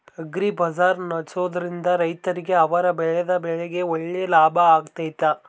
Agri bazaar ನಡೆಸ್ದೊರಿಂದ ರೈತರಿಗೆ ಅವರು ಬೆಳೆದ ಬೆಳೆಗೆ ಒಳ್ಳೆ ಲಾಭ ಆಗ್ತೈತಾ?